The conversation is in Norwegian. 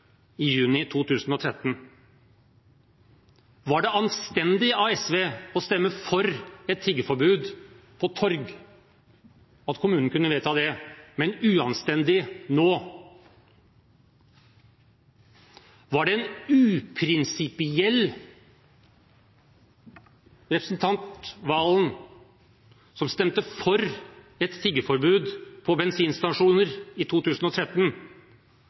i juni 2013. Var det anstendig av SV å stemme for et tiggeforbud på torg, at kommunen kunne vedta det, men uanstendig nå? Var det en uprinsipiell representant Serigstad Valen som stemte for et tiggerforbud på bensinstasjoner i 2013,